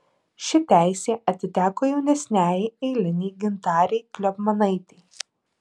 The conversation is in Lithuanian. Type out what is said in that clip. ši teisė atiteko jaunesniajai eilinei gintarei kliopmanaitei